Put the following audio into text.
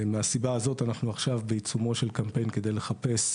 מהסיבה הזאת אנחנו עכשיו בעיצומו של קמפיין כדי לחפש